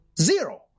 Zero